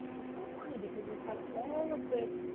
it's so funny, because we've had all of this,